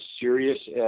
serious